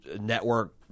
Network